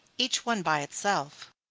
each one by itself.